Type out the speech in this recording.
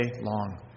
long